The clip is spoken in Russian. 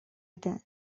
это